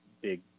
big